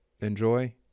enjoy